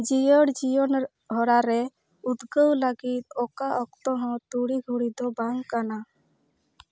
ᱡᱤᱭᱟᱹᱲ ᱡᱤᱭᱚᱱ ᱦᱚᱨᱟᱨᱮ ᱩᱫᱽᱜᱟᱹᱣ ᱞᱟᱹᱜᱤᱫ ᱚᱠᱟ ᱚᱠᱛᱚᱦᱚᱸ ᱛᱩᱲᱩᱜᱷᱩᱲᱤ ᱫᱚ ᱵᱟᱝ ᱠᱟᱱᱟ